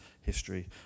history